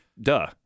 duh